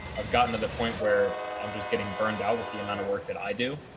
i've gotten to the point where i'm just getting burned out with the amount of work that i do,